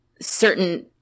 certain